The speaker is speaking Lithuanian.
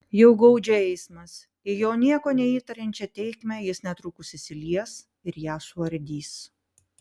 jau gaudžia eismas į jo nieko neįtariančią tėkmę jis netrukus įsilies ir ją suardys